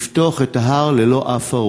לפתוח את ההר ללא אף הרוג.